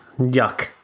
Yuck